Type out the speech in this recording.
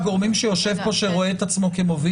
מניחה שיגיע אלינו בסוף דצמבר או אפילו בסוף נובמבר.